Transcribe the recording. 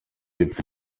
y’epfo